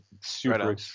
Super